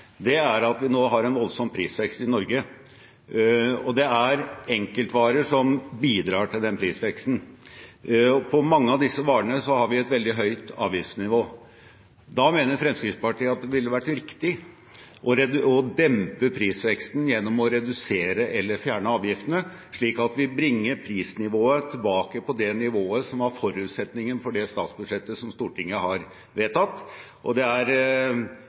er at vi nå har en voldsom prisvekst i Norge. Det er enkeltvarer som bidrar til den prisveksten. På mange av disse varene har vi et veldig høyt avgiftsnivå. Da mener Fremskrittspartiet det ville vært riktig å dempe prisveksten gjennom å redusere eller fjerne avgiftene, slik at vi bringer prisnivået tilbake på det nivået som var forutsetningen for det statsbudsjettet som Stortinget har vedtatt. Det er